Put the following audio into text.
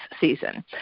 season